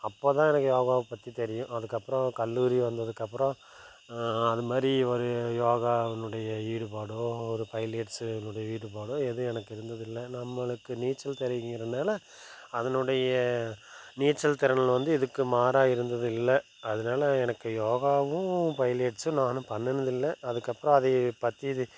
அப்போது தான் எனக்கு யோகாவை பற்றி தெரியும் அதுக்கப்புறோம் கல்லூரி வந்ததுக்கப்புறோம் அது மாதிரி ஒரு யோகாவுனுடைய ஈடுபாடோ ஒரு பைலியேட்ஸுனுடைய ஈடுபாடோ ஏதும் எனக்கு இருந்ததில்லை நம்மளுக்கு நீச்சல் தெரியும்கிறனால அதனுடைய நீச்சல் திறனில் வந்து இதுக்கு மாறாக இருந்தது இல்லை அதனால எனக்கு யோகாவும் பைலியேட்ஸும் நானும் பண்ணினது இல்லை அதுக்கப்புறோம் அதை பற்றி இது